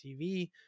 TV